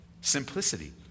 Simplicity